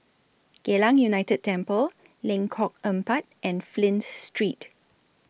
Geylang United Temple Lengkok Empat and Flint Street